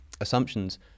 assumptions